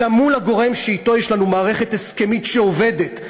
אלא מול הגורם שאתו יש לנו מערכת הסכמית שעובדת,